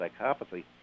psychopathy